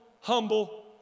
humble